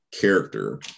character